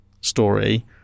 story